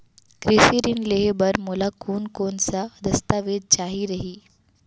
कृषि ऋण लेहे बर मोला कोन कोन स दस्तावेज चाही रही?